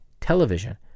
television